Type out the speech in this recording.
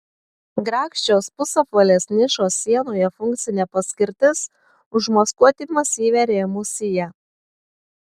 grakščios pusapvalės nišos sienoje funkcinė paskirtis užmaskuoti masyvią rėmų siją